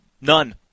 None